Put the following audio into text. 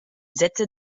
sätze